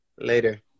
Later